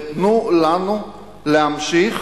ותנו לנו להמשיך